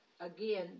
again